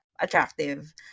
attractive